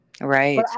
Right